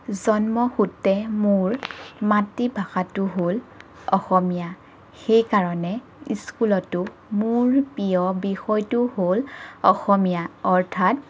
জন্মসূত্ৰে মোৰ মাতৃভাষাটো হ'ল অসমীয়া সেই কাৰণে স্কুলতো মোৰ প্ৰিয় বিষয়টো হ'ল অসমীয়া অৰ্থাৎ